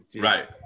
right